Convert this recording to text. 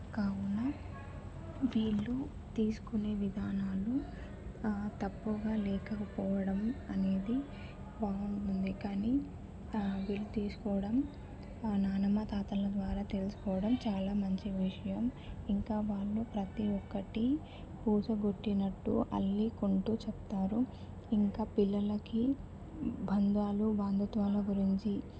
కావున వీళ్ళు తీసుకునే విధానాలు తక్కువగా లేకకపోవడం అనేది బాగుంటుంది కానీ వీళ్ళు తీసుకోవడం నానమ్మ తాతల ద్వారా తెలుసుకోవడం చాలా మంచి విషయం ఇంకా వాళ్ళు ప్రతీ ఒక్కటి పూస గుచ్చినట్టు అల్లుకుంటూ చెప్తారు ఇంకా పిల్లలకి బంధాలు బంధుత్వాల గురించి